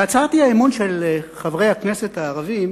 בהצעת האי-אמון של חברי הכנסת הערבים